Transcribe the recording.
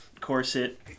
corset